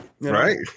Right